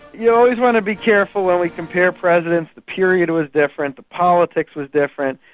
you always want to be careful when we compare presidents. the period was different, the politics was different.